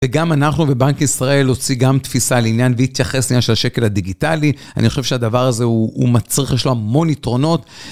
וגם אנחנו, בבנק ישראל הוציא גם תפיסה לעניין והתייחס לעניין של השקל הדיגיטלי, אני חושב שהדבר הזה הוא מצריך, יש לו המון יתרונות